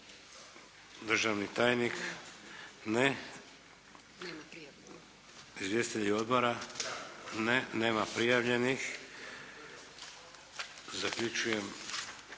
Državni tajnik? Ne. Izvjestitelji odbora? Ne. Nema prijavljenih. Zaključujem